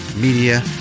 Media